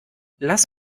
lass